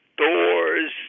doors